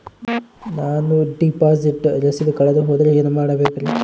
ನಾನು ಡಿಪಾಸಿಟ್ ರಸೇದಿ ಕಳೆದುಹೋದರೆ ಏನು ಮಾಡಬೇಕ್ರಿ?